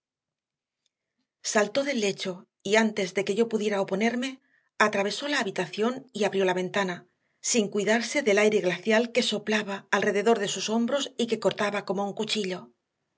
saltó del lecho y antes de que yo pudiera oponerme atravesó la habitación y abrió la ventana sin cuidarse del aire glacial que soplaba alrededor de sus hombros y que cortaba como un cuchillo